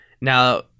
Now